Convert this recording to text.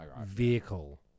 vehicle